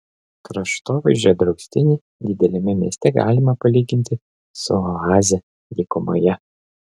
kraštovaizdžio draustinį dideliame mieste galima palyginti su oaze dykumoje